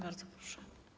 Bardzo proszę.